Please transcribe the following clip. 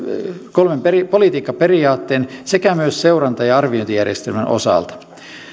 kolmen politiikkaperiaatteen sekä myös seuranta ja arviointijärjestelmän osalta